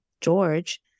George